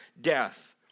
death